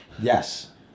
Yes